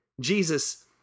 Jesus